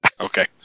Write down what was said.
Okay